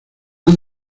han